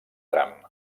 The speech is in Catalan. tram